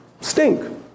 stink